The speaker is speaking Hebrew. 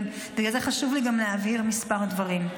ובגלל זה חשוב לי גם להבהיר כמה דברים.